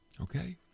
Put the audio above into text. okay